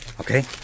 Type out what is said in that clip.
Okay